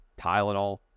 Tylenol